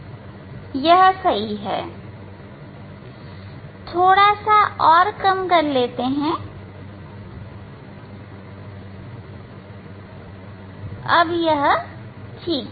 हां मुझे लगता है यह सही है थोड़ा सा और मैं कम करूंगा यह ठीक है